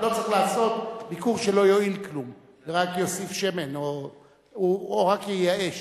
אני לא צריך לעשות ביקור שלא יועיל כלום ורק יוסיף שמן או רק ייאש.